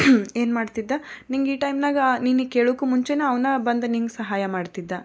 ಏನು ಮಾಡ್ತಿದ್ದ ನಿಂಗೆ ಈ ಟೈಮ್ನ್ಯಾಗ ನೀನು ಕೇಳೋಕ್ಕು ಮುಂಚೆನೆ ಅವ್ನೇ ಬಂದು ನಿಂಗೆ ಸಹಾಯ ಮಾಡ್ತಿದ್ದ